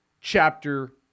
chapter